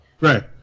Right